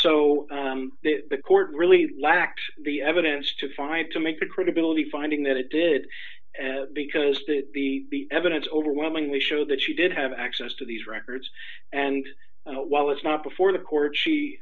so the court really lacked the evidence to find to make the credibility finding that it did because the evidence overwhelmingly show that she did have access to these records and while it's not before the court she